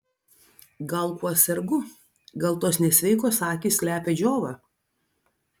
gal kuo sergu gal tos nesveikos akys slepia džiovą